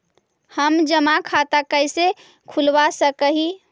हम जमा खाता कैसे खुलवा सक ही?